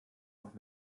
noch